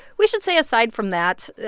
we should say, aside from that,